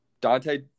Dante